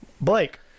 Blake